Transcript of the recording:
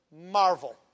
marvel